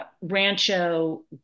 Rancho